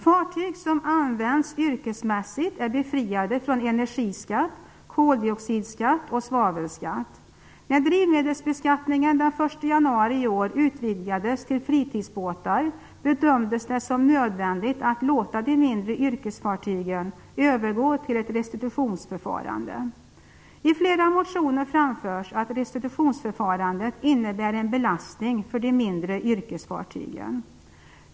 Fartyg som används yrkesmässigt är befriade från energiskatt, koldioxidskatt och svavelskatt. När drivmedelsbeskattningen den 1 januari i år utvidgades till att omfatta fritidsbåtar bedömdes det som nödvändigt att låta de mindre yrkesfartygen övergå till ett restitutionsförfarande. I flera motioner framförs att restitutionsförfarandet innebär en belastning för de mindre yrkesfartygen.